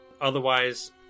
Otherwise